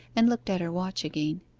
and looked at her watch again.